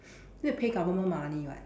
need to pay government money [what]